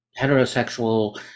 heterosexual